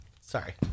Sorry